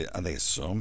adesso